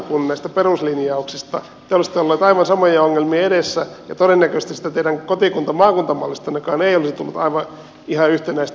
te olisitte olleet aivan samojen ongelmien edessä ja todennäköisesti siitä teidän kotikuntamaakunta mallistannekaan ei olisi tullut ihan yhtenäistä